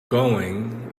going